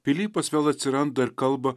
pilypas vėl atsiranda ir kalba